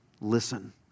listen